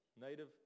native